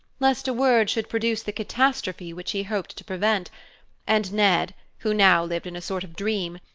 lest a word should produce the catastrophe which he hoped to prevent and ned, who now lived in a sort of dream,